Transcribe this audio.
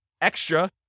extra